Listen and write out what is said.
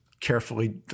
carefully